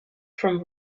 from